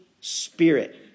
spirit